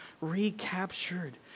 recaptured